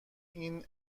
این